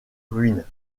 ruine